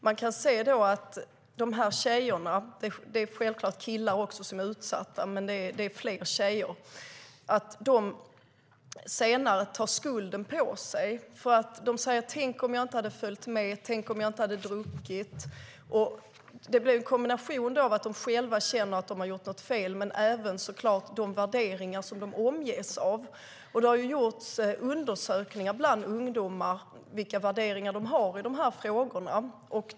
Man kan se att de här tjejerna - det är självklart också killar som är utsatta, men det är fler tjejer - senare tar på sig skulden. De säger: Tänk om jag inte hade följt med, tänk om jag inte hade druckit. Det blir en kombination av att de själva känner att de har gjort något fel men även de värderingar som de omges av. De har gjorts undersökningar bland ungdomar av vilka värderingar som de har i de här frågorna.